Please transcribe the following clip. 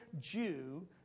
Jew